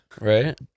Right